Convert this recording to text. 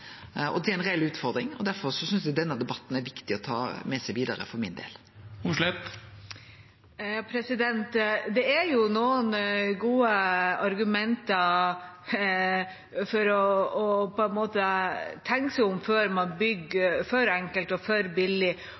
og det er ei reell utfordring. Derfor synest eg denne debatten er viktig å ta med seg vidare for min del. Det er noen gode argumenter for å tenke seg om før man bygger for enkelt og for billig,